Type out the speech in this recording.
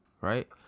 right